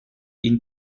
ihn